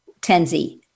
Tenzi